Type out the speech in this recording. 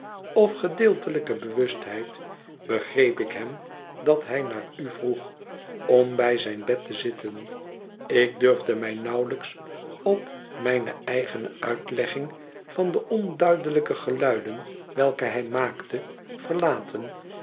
of gedeeltelijke bewustheid begreep ik hem dat hij naar u vroeg om bij zijn bed te zitten ik durfde mij nauwelijks op mijne eigene uitlegging van de onduidelijke geluiden welke hij maakte verlaten